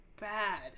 bad